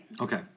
Okay